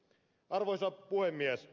arvoisa puhemies